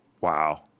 Wow